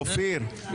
אופיר,